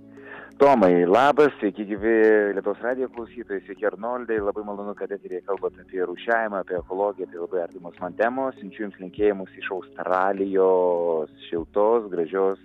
tomai labai sveiki gyvi lietuvos radijo klausytojai sveiki arnoldai labai malonu kad eteryje kalbat apie rūšiavimą apie ekologiją tai labai artimos man temos siunčiu jums linkėjimus iš australijos šiltos gražios